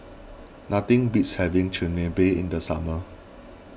nothing beats having Chigenabe in the summer